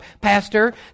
pastor